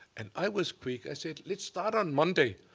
and i was quick. i said, let's start on monday.